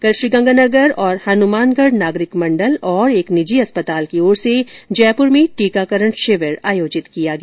कल श्रीगंगानगर और हनुमानगढ़ नागरिक मंडल और एक निजी अस्पताल की ओर से जयपुर में टीकाकरण शिविर आयोजित किया गया